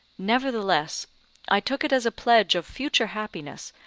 nevertheless i took it as a pledge of future happiness,